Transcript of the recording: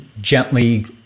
gently